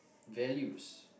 values